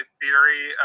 theory